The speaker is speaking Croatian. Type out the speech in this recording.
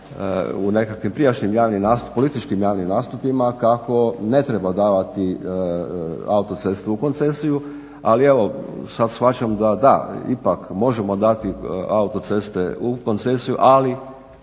u nekakvim prijašnjim političkim javnim nastupima kako ne treba davati autoceste u koncesiji, ali evo sad shvaćam da da, ipak možemo dati autoceste u koncesiju ali